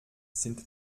sind